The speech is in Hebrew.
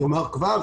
אני אומר כבר,